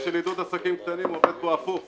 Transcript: של עידוד עסקים קטנים עובד פה הפוך.